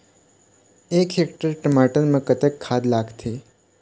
एक हेक्टेयर टमाटर म कतक खाद लागथे?